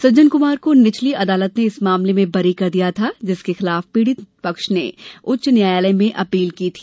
सज्जन कुमार को निचली अदालत ने इस मामले में बरी कर दिया था जिसके खिलाफ पीड़ित पक्ष ने उच्च न्यायालय में अपील की थी